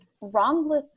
wrongly